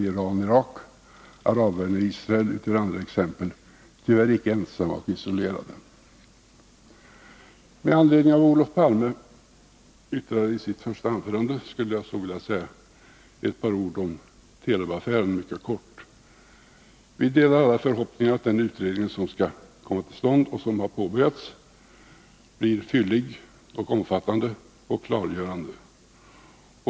Irak-Iran och arabvärlden-Israel utgör andra exempel, tyvärr icke ensamma och isolerade. Med anledning av vad Olof Palme yttrade i sitt första anförande skulle jag så vilja säga ett par ord om Telubaffären. Mycket kort: Vi delar alla förhoppningen att den utredning som skall komma till stånd och som nu har påbörjats blir fyllig, omfattande och klargörande.